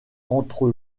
entre